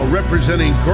representing